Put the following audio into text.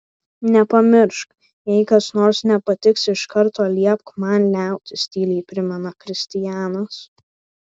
nepamiršk jei kas nors nepatiks iš karto liepk man liautis tyliai primena kristianas